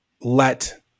let